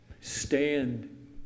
stand